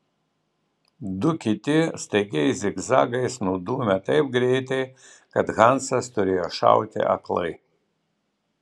du kiti staigiais zigzagais nudūmė taip greitai kad hansas turėjo šauti aklai